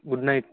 good night